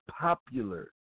popular